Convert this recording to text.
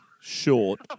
short